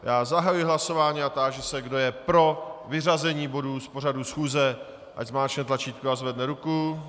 Já zahajuji hlasování a táži se, kdo je pro vyřazení bodů z pořadu schůze, ať zmáčkne tlačítko a zvedne ruku.